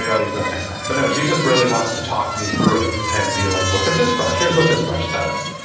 i'll use that next time. but no, she just really wants to talk me through it and be like, look at this press. here's what this brush does.